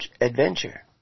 adventure